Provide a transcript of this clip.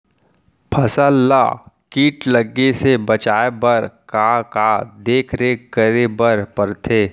फसल ला किट लगे से बचाए बर, का का देखरेख करे बर परथे?